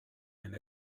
and